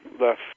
left